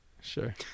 Sure